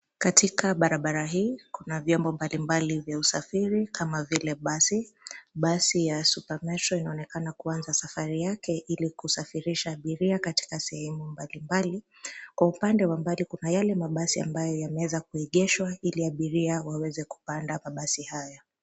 Katika barabara hii kuna vyombo mbalimbali vya usafiri kama vile basi. Basi ya Super Metro inaonekana kuanza safari yake ili kusafirisha abiria katika sehemu mbalimbali. Kwa upande wa mbali kuna yale mabasi ambayo yameweza kuegeshwa ili abiria waweze kupanda mabasi haya.